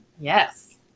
Yes